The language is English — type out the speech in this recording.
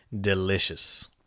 delicious